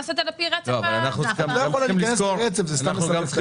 אנחנו צריכים